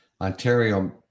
Ontario